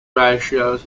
ratios